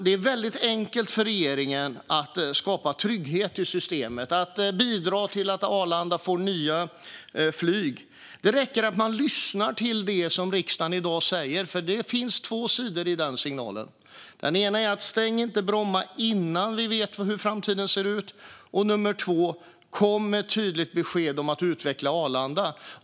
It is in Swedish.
Det är väldigt enkelt för regeringen att skapa trygghet i systemet och bidra till att Arlanda får nya flyg. Det räcker att man lyssnar till det som riksdagen i dag säger, för det finns två sidor i den signalen. Den ena är: Stäng inte Bromma innan vi vet hur framtiden ser ut! Den andra är: Kom med ett tydligt besked om att utveckla Arlanda!